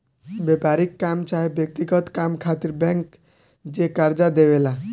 व्यापारिक काम चाहे व्यक्तिगत काम खातिर बैंक जे कर्जा देवे ला